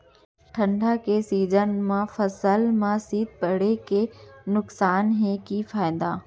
ठंडा के सीजन मा फसल मा शीत पड़े के नुकसान हे कि फायदा?